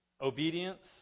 Obedience